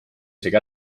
isegi